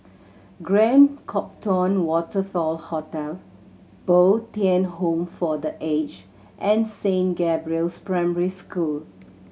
Grand Copthorne Waterfront Hotel Bo Tien Home for The Age and Saint Gabriel's Primary School